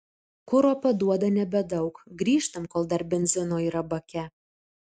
kuro paduoda nebedaug grįžtam kol dar benzino yra bake